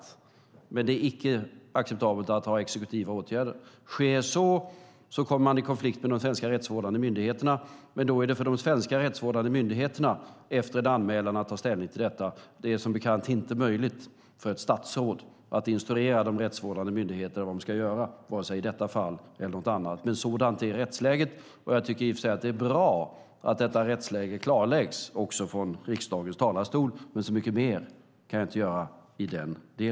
Men det är icke acceptabelt att vidta exekutiva åtgärder. Sker så kommer man i konflikt med de svenska rättsvårdande myndigheterna, men då är det för de svenska rättsvårdande myndigheterna efter en anmälan att ta ställning till detta. Det är som bekant inte möjligt för ett statsråd att instruera de rättsvårdande myndigheterna om vad de ska göra vare sig i detta fall eller i något annat fall. Sådant är rättsläget, och jag tycker att det är bra att detta rättsläge klarläggs från riksdagens talarstol. Mycket mer kan jag alltså inte göra i den delen.